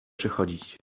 przychodzić